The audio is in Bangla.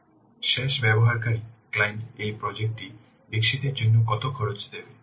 সুতরাং শেষ ব্যবহারকারী ক্লায়েন্ট এই প্রজেক্ট টি বিকশিতের জন্য কত খরচ দেবে